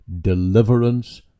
deliverance